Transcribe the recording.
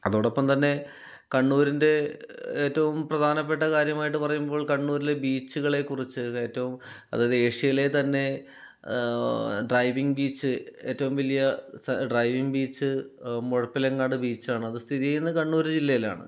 അതോടൊപ്പം തന്നെ കണ്ണൂരിൻ്റെ ഏറ്റവും പ്രധാനപ്പെട്ട കാര്യമായിട്ട് പറയുമ്പോൾ കണ്ണൂരിലെ ബീച്ചുകളെ കുറിച്ച് ഏറ്റവും അതായത് ഏഷ്യയിലെ തന്നെ ഡ്രൈവിംഗ് ബീച്ച് ഏറ്റവും വലിയ സ് ഡ്രൈവിംഗ് ബീച്ച് മുഴുപ്പിലങ്ങാട് ബീച്ചാണ് അത് സ്ഥിതി ചെയ്യുന്നത് കണ്ണൂർ ജില്ലയിലാണ്